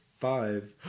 five